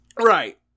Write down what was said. right